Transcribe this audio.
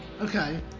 Okay